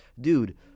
dude